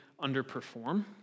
underperform